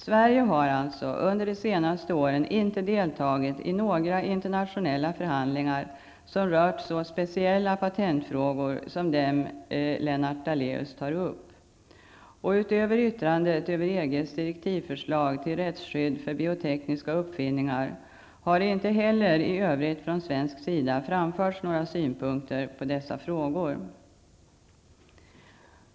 Sverige har alltså under de senaste åren inte deltagit i några internationella förhandlingar som rört så speciella patentfrågor som de frågor som Lennart Daléus tar upp. Och utöver yttrandet över EGs direktivförslag till rättsskydd för biotekniska uppfinningar har det inte heller i övrigt från svensk sida framförts några synpunkter på dessa frågor.